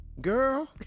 Girl